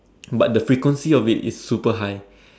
but the frequency of it is super high